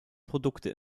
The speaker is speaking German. produkte